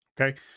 Okay